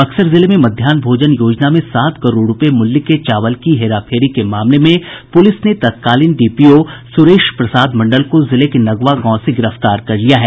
बक्सर जिले में मध्याहन भोजन योजना में सात करोड़ रूपये मूल्य के चावल की हेराफेरी के मामले में पुलिस ने तत्कालीन डीपीओ सुरेश प्रसाद मंडल को जिले के नगवां गांव से गिरफ्तार कर लिया है